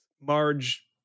Marge